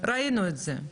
ראינו את זה.